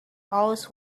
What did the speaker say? always